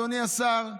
אדוני השר,